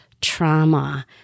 trauma